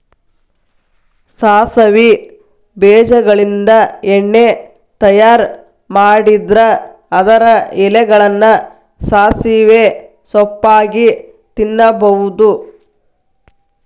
ಸಾಸವಿ ಬೇಜಗಳಿಂದ ಎಣ್ಣೆ ತಯಾರ್ ಮಾಡಿದ್ರ ಅದರ ಎಲೆಗಳನ್ನ ಸಾಸಿವೆ ಸೊಪ್ಪಾಗಿ ತಿನ್ನಬಹುದು